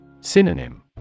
Synonym